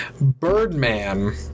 Birdman